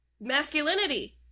masculinity